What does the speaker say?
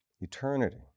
eternity